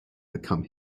become